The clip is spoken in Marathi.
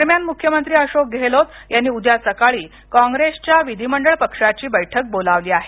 दरम्यान मुख्यमंत्री अशोक गेहलोत यांनी उद्या सकाळी कॉंग्रेसच्या विधीमंडळ पक्षाची बैठक बोलावली आहे